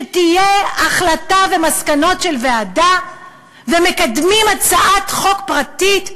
אתם לא ממתינים שיהיו החלטה ומסקנות של ועדה ומקדמים הצעת חוק פרטית?